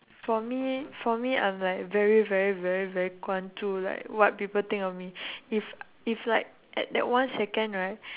for me for me I'm like very very very very 关注：guan zhu like what people think of me if if like at that one second right